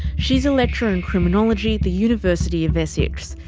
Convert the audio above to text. she's a lecturer in criminology at the university of essex,